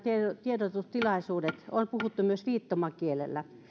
tiedotustilaisuudet on puhuttu myös viittomakielellä